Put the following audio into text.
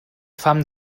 fam